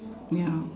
ya